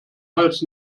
hals